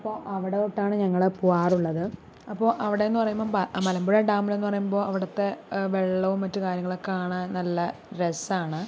അപ്പോൾ അവിടോട്ടാണ് ഞങ്ങള് പോകാറുള്ളത് അപ്പോൾ അവിടെന്നു പറയുമ്പം മലമ്പുഴ ഡാമിലെന്ന് പറയുമ്പം അവിടുത്തെ വെള്ളവും മറ്റു കാര്യങ്ങളൊക്കെ കാണാൻ നല്ല രസമാണ്